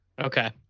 Okay